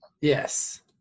yes